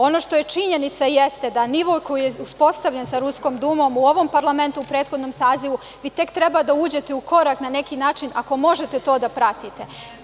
Ono što je činjenica jeste da nivo koji je uspostavljen sa Ruskom Dumom u ovom parlamentu u prethodnom sazivu, vi tek treba da uđete u korak na neki način, ako možete to da pratite.